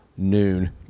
Noon